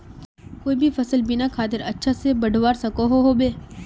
कोई भी सफल बिना खादेर अच्छा से बढ़वार सकोहो होबे?